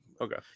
Okay